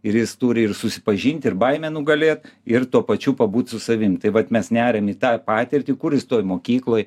ir jis turi ir susipažinti ir baimę nugalėt ir tuo pačiu pabūt su savimi tai vat mes neriam į tą patirtį kur jis toj mokykloj